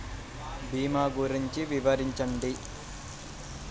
భీమా గురించి వివరించండి?